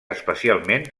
especialment